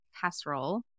casserole